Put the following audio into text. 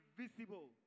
visible